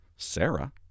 Sarah